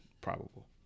probable